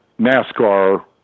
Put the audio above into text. NASCAR